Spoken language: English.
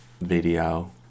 Video